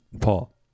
Paul